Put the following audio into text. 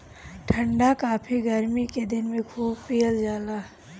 ठंडा काफी गरमी के दिन में खूब पियल जाला